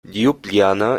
ljubljana